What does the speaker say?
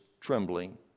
trembling